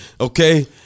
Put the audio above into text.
Okay